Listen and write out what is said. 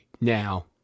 now